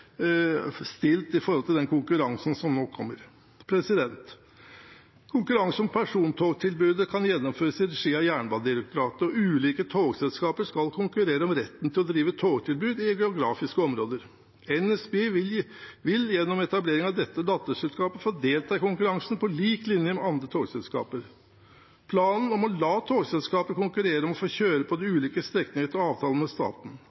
stilt i den konkurransen som nå kommer. Konkurranse om persontogtilbudet kan gjennomføres i regi av Jernbanedirektoratet, og ulike togselskaper skal konkurrere om retten til å drive togtilbud i et geografisk område. NSB vil gjennom etablering av dette datterselskapet få delta i konkurransen på lik linje med andre togselskaper. Planen er å la togselskaper konkurrere om å få kjøre på de ulike strekninger etter avtale med staten.